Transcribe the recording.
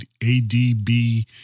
adb